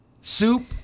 Soup